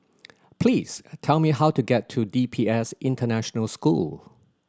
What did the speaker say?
please tell me how to get to D P S International School